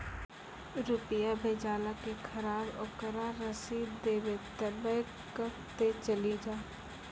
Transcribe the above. रुपिया भेजाला के खराब ओकरा रसीद देबे तबे कब ते चली जा?